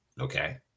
Okay